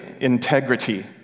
integrity